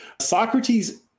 Socrates